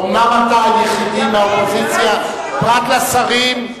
אומנם אתה היחידי מהאופוזיציה, פרט לשרים,